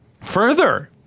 Further